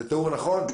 זה תיאור נכון?